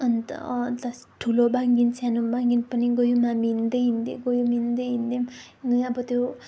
अन्त ठुलो भागिन सानो भागिन पनि गयौँ हामी हिँड्दै हिँड्दै गयौँ हिँड्दै हिँड्दै पनि अनि यहाँबाट त्यो